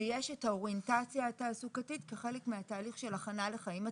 שיש את האוריינטציה התעסוקתית כחלק מהתהליך של הכנה לחיים עצמאיים.